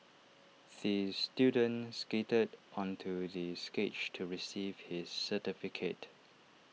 the student skated onto the stage to receive his certificate